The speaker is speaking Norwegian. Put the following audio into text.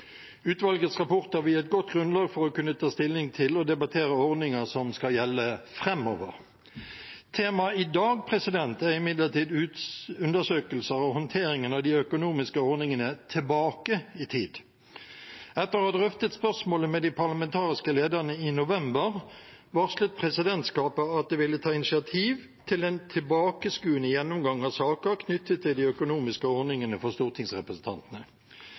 Utvalgets rapporter vil gi et godt grunnlag for å kunne ta stilling til og debattere ordninger som skal gjelde framover. Temaet i dag er imidlertid undersøkelser av håndteringen av de økonomiske ordningene tilbake i tid. Etter å ha drøftet spørsmålet med de parlamentariske lederne i november varslet presidentskapet at de ville ta initiativ til en tilbakeskuende gjennomgang av saker knyttet til de økonomiske ordningene for stortingsrepresentantene.